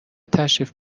تشریف